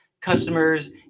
customers